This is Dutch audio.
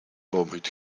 boomhut